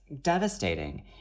devastating